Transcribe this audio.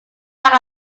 jack